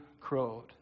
crowed